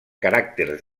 caràcters